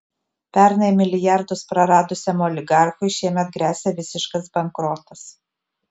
pernai milijardus praradusiam oligarchui šiemet gresia visiškas bankrotas